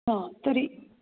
हा तर्हि